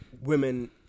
women